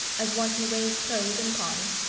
as one who weighs pros and cons,